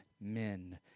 men